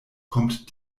kommt